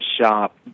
shop